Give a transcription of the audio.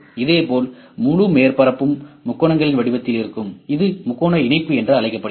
இதேபோல் முழு மேற்பரப்பும் முக்கோணங்களின் வடிவத்தில் இருக்கும் இது முக்கோண இணைப்பு என்று அழைக்கப்படுகிறது